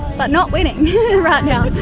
but not winning right now.